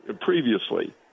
previously